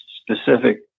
specific